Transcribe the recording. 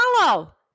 follow